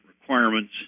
requirements